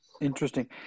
Interesting